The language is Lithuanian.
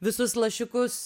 visus lašiukus